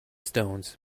stones